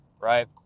right